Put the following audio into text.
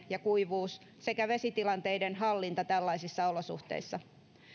ja kuivuus sekä vesitilanteiden hallinta tällaisissa olosuhteissa